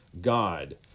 god